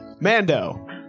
Mando